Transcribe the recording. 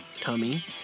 tummy